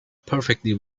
perfectly